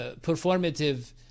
performative